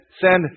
send